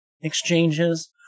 exchanges